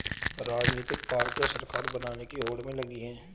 राजनीतिक पार्टियां सरकार बनाने की होड़ में लगी हैं